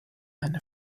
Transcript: eine